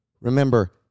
Remember